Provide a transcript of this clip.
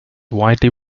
widely